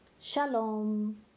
Shalom